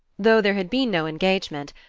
though there had been no engagement,